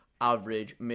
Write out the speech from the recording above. average